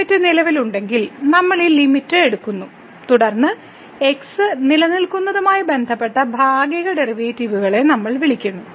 ഈ ലിമിറ്റ് നിലവിലുണ്ടെങ്കിൽ നമ്മൾ ഈ ലിമിറ്റ് എടുക്കുന്നു തുടർന്ന് x നിലനിൽക്കുന്നതുമായി ബന്ധപ്പെട്ട ഭാഗിക ഡെറിവേറ്റീവുകളെ നമ്മൾ വിളിക്കുന്നു